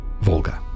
Volga